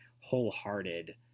wholehearted